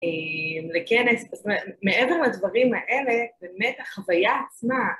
לכנס, זאת אומרת, מעבר לדברים האלה, באמת החוויה עצמה...